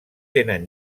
tenen